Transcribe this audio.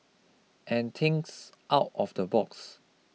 and thinks out of the box